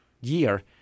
year